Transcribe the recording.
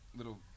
little